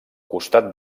costat